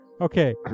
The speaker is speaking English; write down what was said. Okay